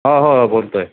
हो हो बोलतो आहे